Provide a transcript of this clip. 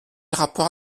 rapport